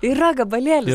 yra gabalėlis